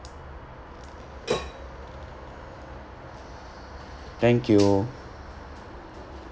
thank you